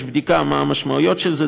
ויש בדיקה מה המשמעויות של זה.